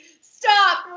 stop